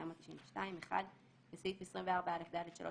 התשנ"ב-1992 - (1)בסעיף 24א(ד)(3),